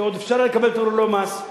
כי עוד אפשר היה לקבל אותו ללא מס.